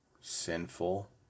sinful